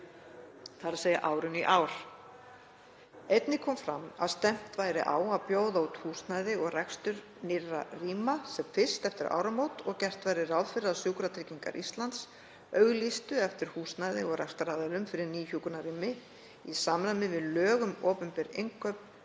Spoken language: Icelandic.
á næsta ári, þ.e. í ár. Einnig kom fram að stefnt væri á að bjóða út húsnæði og rekstur nýrra rýma sem fyrst eftir áramót og gert væri ráð fyrir að Sjúkratryggingar Íslands auglýstu eftir húsnæði og rekstraraðilum fyrir ný hjúkrunarrými í samræmi við lög um opinber innkaup